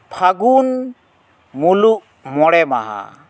ᱯᱷᱟᱹᱜᱩᱱ ᱢᱩᱞᱩᱜ ᱢᱚᱬᱮ ᱢᱟᱦᱟ